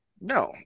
no